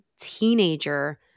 teenager